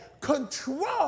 control